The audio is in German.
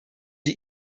die